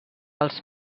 els